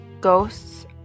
ghosts